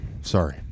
Sorry